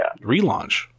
relaunch